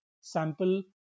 sample